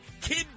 Kid